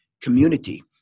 community